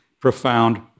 profound